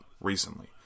recently